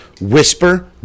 whisper